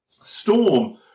Storm